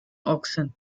oxen